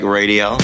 radio